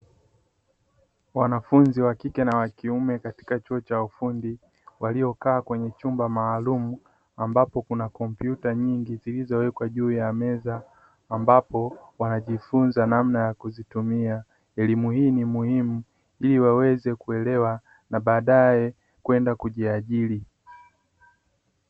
Wanafunzi wa kike na wa kiume katika chuo cha ufundi, waliokaa kwenye chumba maalumu ambapo kuna kompyuta nyingi zilizowekwa juu ya meza, ambapo wanajifunza namna ya kuzitumia. Elimu hii ni muhimu ili waweze kuelewa na baadaye kwenda kujiajiri.